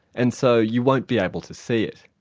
and so you won't be able to see it.